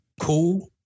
cool